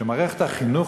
שמערכת החינוך,